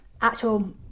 actual